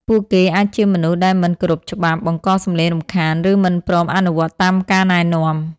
ពួកគេអាចជាមនុស្សដែលមិនគោរពច្បាប់ បង្កសំឡេងរំខាន ឬមិនព្រមអនុវត្តតាមការណែនាំ។